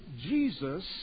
Jesus